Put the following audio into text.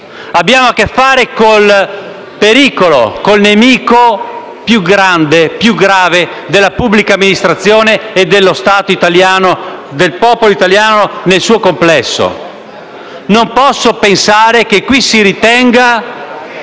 Abbiamo a che fare con il pericolo, con il nemico più grande e più grave della pubblica amministrazione, dello Stato italiano e del popolo italiano nel suo complesso. Non posso pensare che qui si ritenga